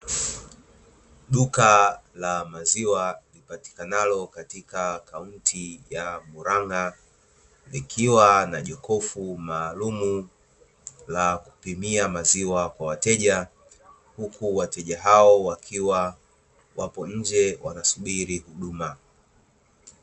Duka la maziwa lipatikanalo katika kaunti ya muranga. Likiwa na jokofu maalumu la kupimia maziwa kwa wateja, huku wateja hao wakiwa wapo nje wanasubiri huduma.